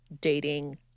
dating